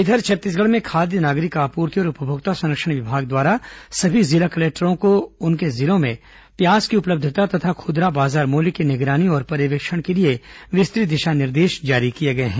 इधर छत्तीसगढ़ में खाद्य नागरिक आपूर्ति और उपभोक्ता संरक्षण विभाग द्वारा सभी जिला कलेक्टरों को उनके जिले में प्याज की उपलब्धता तथा खुदरा बाजार मूल्य की निगरानी और पर्यवेक्षण के लिए विस्तृत दिशा निर्देश जारी किए गए हैं